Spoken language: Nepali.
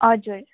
हजुर